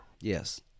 Yes